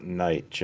night